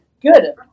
Good